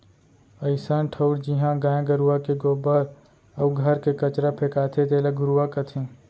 अइसन ठउर जिहॉं गाय गरूवा के गोबर अउ घर के कचरा फेंकाथे तेला घुरूवा कथें